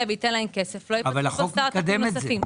וייתן להם כסף- -- אבל החוק מקדם את זה.